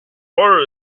war